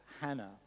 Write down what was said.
Hannah